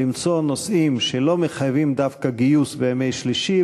למצוא נושאים שלא מחייבים דווקא גיוס בימי שלישי,